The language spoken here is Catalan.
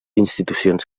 institucions